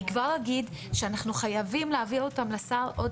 אני כבר אגיד שאנחנו חייבים להעביר אותם לשר עוד